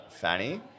Fanny